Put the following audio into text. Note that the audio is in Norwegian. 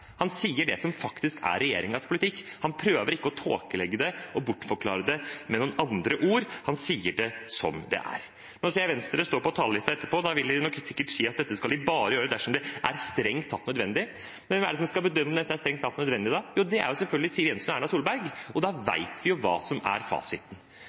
Han sier det som faktisk er regjeringens politikk. Han prøver ikke å tåkelegge det og bortforklare det med noen andre ord. Han sier det som det er. Nå ser jeg Venstre står på talerlisten etterpå. Da vil de nok sikkert si at dette skal de bare gjøre dersom det er strengt tatt nødvendig. Men hvem er det som skal bedømme om dette strengt tatt er nødvendig? Det er selvfølgelig Siv Jensen og Erna Solberg, og da vet vi jo hva som er fasiten.